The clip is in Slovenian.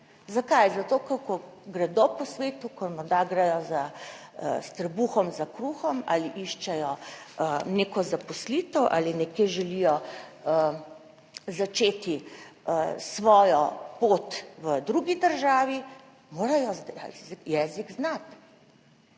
zakaj? Zato, ker ko gredo po svetu, ko morda grejo za s trebuhom za kruhom ali iščejo neko zaposlitev ali nekje želijo začeti svojo pot v drugi državi morajo jezik znati.